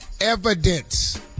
Evidence